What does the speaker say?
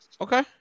Okay